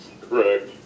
Correct